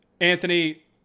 Anthony